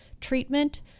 treatment